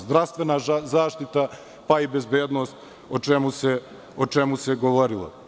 Zdravstvena zaštita, pa i bezbednost, o čemu se govorilo.